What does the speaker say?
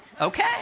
okay